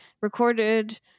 recorded